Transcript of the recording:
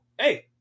hey